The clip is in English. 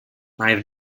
have